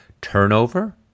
Turnover